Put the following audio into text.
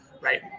right